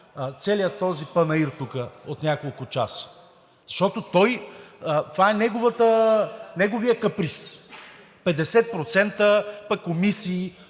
целият този панаир тук от няколко часа. Защото това е неговият каприз – 50%, пък комисии.